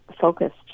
focused